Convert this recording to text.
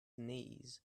knees